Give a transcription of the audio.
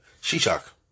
shishak